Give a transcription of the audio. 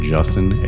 Justin